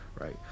right